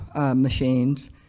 machines